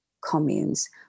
communes